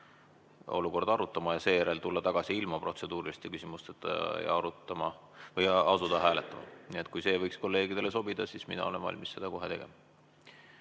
olukorda arutama ja seejärel tulla tagasi ilma protseduuriliste küsimusteta ja asuda hääletama. Kui see võiks kolleegidele sobida, siis mina olen valmis seda kohe tegema.